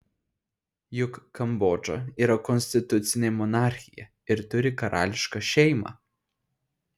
juk kambodža yra konstitucinė monarchija ir turi karališką šeimą